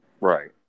right